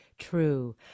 True